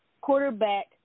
Quarterback